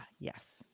Yes